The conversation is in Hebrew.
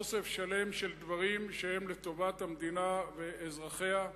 אוסף שלם של דברים שהם לטובת המדינה ואזרחיה,